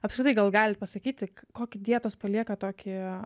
apskritai gal galit pasakyti kokį dietos palieka tokį